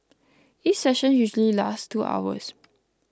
each session usually lasts two hours